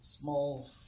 small